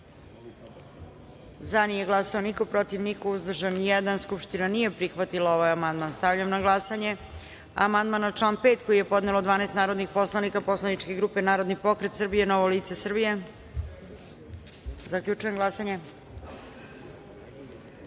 glasanje: za – niko, protiv – niko, uzdržan – jedan. Skupština nije prihvatila ovaj amandman. Stavljam na glasanje amandman na član 5. koji je podnelo 12 narodnih poslanika poslaničke grupe Narodni pokret Srbije – Novo lice Srbije. Zaključujem glasanje: